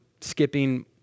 skipping